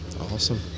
awesome